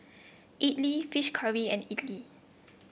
idly fish curry and idly